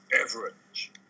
average